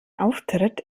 auftritt